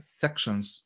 sections